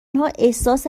احساس